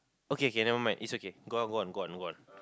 okay okay nevermind is okay go on go on go on